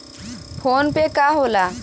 PhonePe का होला?